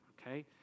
okay